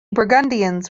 burgundians